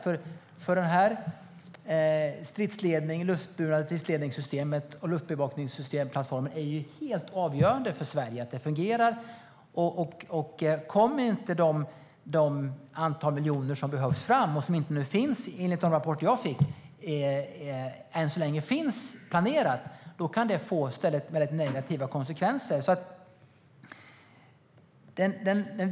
Det är helt avgörande för Sverige att denna luftburna stridslednings och luftbevakningsplattform fungerar. Om inte detta antal miljoner, som det ännu så länge inte är planerat för, kommer fram kan det få mycket negativa konsekvenser.